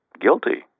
guilty